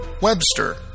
Webster